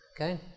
Okay